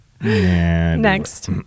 next